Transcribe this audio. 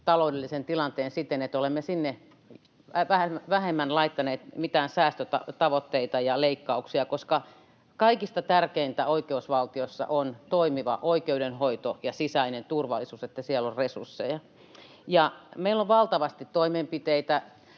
taloudellisen tilanteen siten, että olemme sinne vähemmän laittaneet mitään säästötavoitteita ja leikkauksia, koska kaikista tärkeintä oikeusvaltiossa on toimiva oikeudenhoito ja sisäinen turvallisuus ja että siellä on resursseja. Meillä on valtavasti toimenpiteitä.